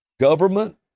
Government